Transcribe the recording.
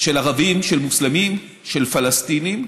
של ערבים, של מוסלמים, של פלסטינים,